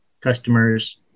customers